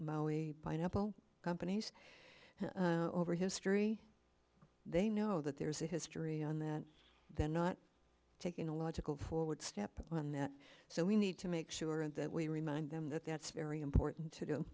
our pineapple companies over history they know that there's a history and that they're not taking a logical forward step when that so we need to make sure that we remind them that that's very important to do